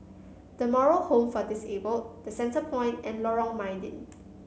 The Moral Home for Disabled The Centrepoint and Lorong Mydin